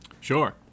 Sure